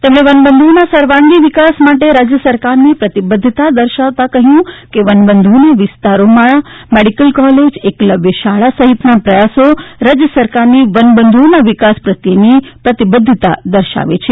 તેમણે વનબંધુઓના સર્વાંગી વિકાસ માટે રાજ્ય સરકારની પ્રતિબધ્ધતા દર્શાવતા કહ્યું કે વનબંધુઓના વિસ્તારોમાં મેડિકલ કોલેજ એકલવ્ય શાળા સહિતના પ્રયાસો રાજ્ય સરકારની વનબંધુઓના વિકાસ પ્રત્યેની પ્રતિબધ્ધતા જ દર્શાવે છે